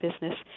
business